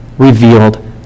revealed